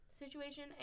Situation